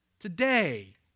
Today